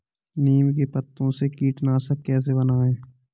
नीम के पत्तों से कीटनाशक कैसे बनाएँ?